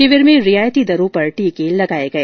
शिविर में रियायती दरों पर टीके लगाए गए